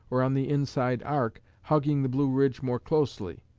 or on the inside arc, hugging the blue ridge more closely.